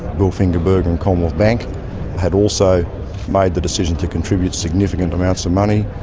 bilfinger berger and commonwealth bank had also made the decision to contribute significant amounts of money.